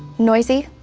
noisy?